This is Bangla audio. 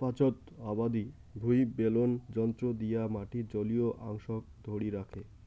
পাচোত আবাদি ভুঁই বেলন যন্ত্র দিয়া মাটির জলীয় অংশক ধরি রাখে